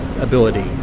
ability